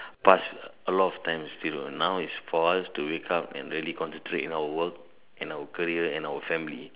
pass a lot times Thiru now is force to wake up and really concentrate to our work to our career and our family